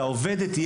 לעובדת,